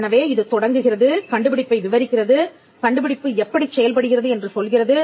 எனவே இது தொடங்குகிறது கண்டுபிடிப்பை விவரிக்கிறது கண்டுபிடிப்பு எப்படிச் செயல்படுகிறது என்று சொல்கிறது